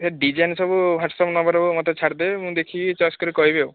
design ସବୁ WhatsApp ନମ୍ବରରେ ମୋତେ ଛାଡ଼ିଦେବେ ମୁଁ ଦେଖିକି ଚଏସ୍ କରିକି କହିବି ଆଉ